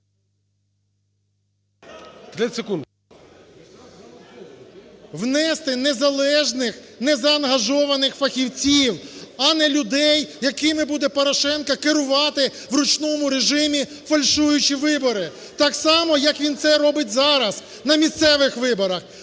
Внести незалежних, незаангажованих фахівців, а не людей, якими буде Порошенко керувати в ручному режимі, фальшуючи вибори. Так само, як він це робить зараз, на місцевих виборах.